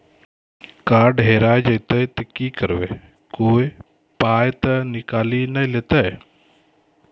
Card हेरा जइतै तऽ की करवै, कोय पाय तऽ निकालि नै लेतै?